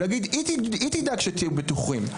להגיד היא תדאג שתהיו בטוחים,